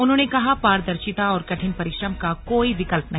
उन्होंने कहा पारदर्शिता और कठिन परिश्रम का कोई विकल्प नहीं